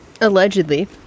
Allegedly